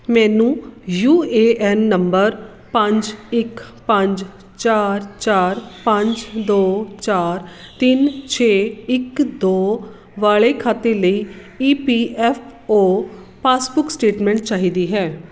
ਮੈਨੂੰ U A N number ਪੰਜ ਇੱਕ ਪੰਜ ਚਾਰ ਚਾਰ ਪੰਜ ਦੋ ਚਾਰ ਤਿੰਨ ਛੇ ਇੱਕ ਦੋ ਵਾਲੇ ਖਾਤੇ ਲਈ E P F O passbook statement ਚਾਹੀਦੀ ਹੈ